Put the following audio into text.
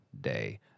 day